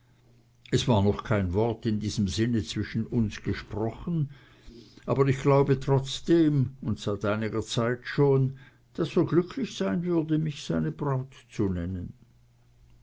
es war noch kein wort in diesem sinne zwischen uns gesprochen worden aber ich glaubte trotzdem und seit längerer zeit schon daß er glücklich sein würde mich seine braut zu nennen